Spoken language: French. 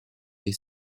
est